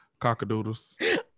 cockadoodles